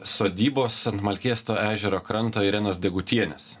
sodybos ant malkėsto ežero kranto irenos degutienės